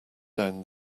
down